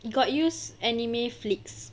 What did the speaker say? you got use anime flix